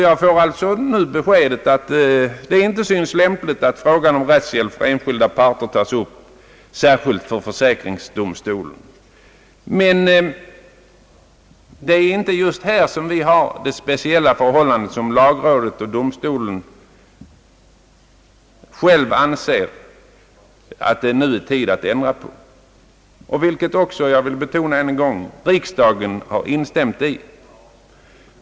Jag får alltså nu beskedet, att det inte synes lämpligt att frågan om rättshjälp för enskilda parter vid försäkringsdomstolen tas upp särskilt. Men är det inte just här vi har det speciella förhållande, som lagråden och domstolen själv anser att det nu är tid att ändra på? Och jag vill än en gång betona att riksdagen har instämt i detta.